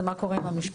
זה מה קורה עם המשפחה.